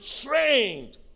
trained